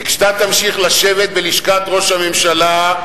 וכשאתה תמשיך לשבת בלשכת ראש הממשלה,